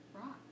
rock